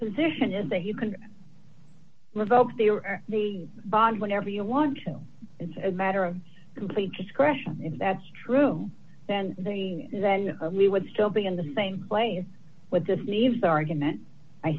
position is that you can revoke the or the bond whenever you want to it's a matter of complete discretion if that's true then the then we would still be in the same place with the sleeves argument i